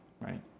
Right